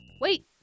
Wait